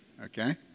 Okay